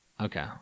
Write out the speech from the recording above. Okay